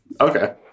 Okay